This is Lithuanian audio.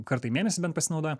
kartą į mėnesį bent pasinaudoja